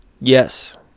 Yes